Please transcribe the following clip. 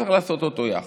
וצריך לעשות אותו יחד,